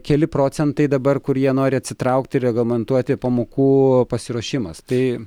keli procentai dabar kur jie nori atsitraukti reglamentuoti pamokų pasiruošimas tai